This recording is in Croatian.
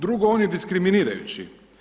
Drugo, on je diskriminirajući.